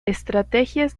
estrategias